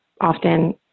often